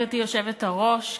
גברתי היושבת-ראש,